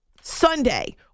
Sunday